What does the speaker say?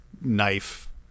Knife